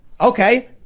okay